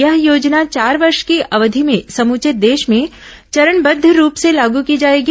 यह योजना चार वर्ष की अवधि में समूचे देश में चरणबद्व रूप से लागू की जायेगी